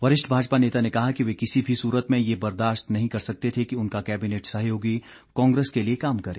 वरिष्ठ भाजपा नेता ने कहा कि वे किसी भी सूरत में ये बर्दाश्त नहीं कर सकते थे कि उनका कैबिनेट सहयोगी कांग्रेस के लिए काम करें